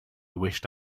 wished